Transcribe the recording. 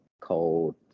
cold